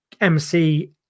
MC